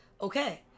Okay